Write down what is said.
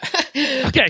Okay